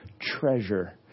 treasure